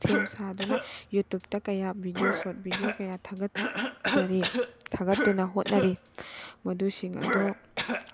ꯁꯦꯝ ꯁꯥꯗꯨꯅ ꯌꯨꯇꯨꯕꯇꯥ ꯀꯌꯥ ꯚꯤꯗꯤꯌꯣ ꯁꯣꯠ ꯚꯤꯗꯤꯌꯣ ꯀꯌꯥ ꯊꯥꯒꯠꯆꯔꯤ ꯊꯥꯒꯠꯇꯨꯅ ꯍꯣꯠꯅꯔꯤ ꯃꯗꯨꯁꯤꯡ ꯑꯗꯣ